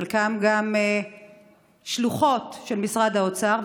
חלקם גם שלוחות של משרד האוצר,